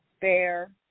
fair